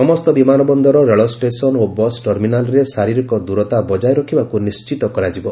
ସମସ୍ତ ବିମାନ ବନ୍ଦର ରେଳଷ୍ଟେସନ୍ ଓ ବସ୍ ଟର୍ମିନାଲ୍ରେ ଶାରୀରିକ ଦୂରତା ବଜାୟ ରଖିବାକୁ ନିଶ୍ଚିତ କରାଯିବ